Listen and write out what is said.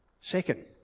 Second